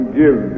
give